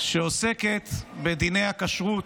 שעוסקת בדיני הכשרות,